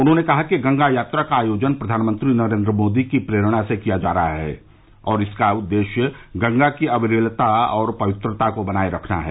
उन्होंने कहा कि गंगा यात्रा का आयोजन प्रधानमंत्री नरेंद्र मोदी की प्रेरणा से किया जा रहा है और इसका उद्देश्य गंगा की अविरलता और पवित्रता को बनाए रखना है